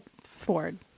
Ford